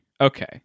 Okay